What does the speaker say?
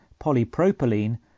polypropylene